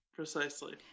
Precisely